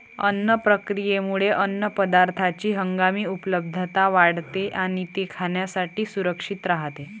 अन्न प्रक्रियेमुळे अन्नपदार्थांची हंगामी उपलब्धता वाढते आणि ते खाण्यासाठी सुरक्षित राहते